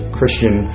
Christian